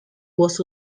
was